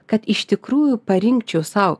kad iš tikrųjų parinkčiau sau